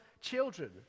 children